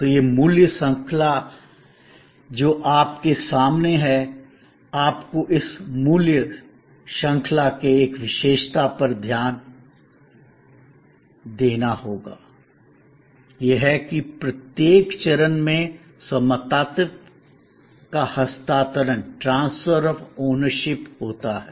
तो यह मूल्य श्रृंखला जो आपके सामने है आपको इस मूल्य श्रृंखला की एक विशेषता पर ध्यान देना होगा यह है कि प्रत्येक चरण में स्वामित्व का हस्तांतरण ट्रांसफर आफ ओनरशिप होता है